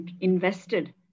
invested